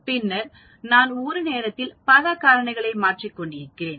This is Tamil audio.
பின்னர் நான் ஒரே நேரத்தில் பல காரணிகளை மாற்றிக் கொண்டிருக்கிறேன்